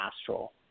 astral